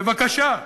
בבקשה,